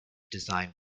designed